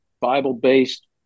Bible-based